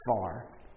far